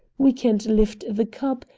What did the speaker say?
we can't lift the cup,